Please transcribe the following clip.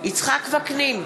יצחק וקנין,